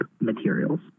materials